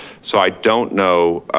so i don't know,